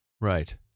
Right